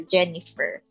Jennifer